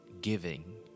giving